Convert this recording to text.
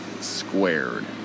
squared